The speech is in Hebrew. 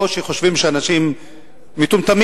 או שחושבים שאנשים מטומטמים,